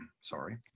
Sorry